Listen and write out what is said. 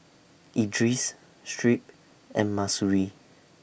Idris Shuib and Mahsuri